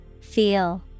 Feel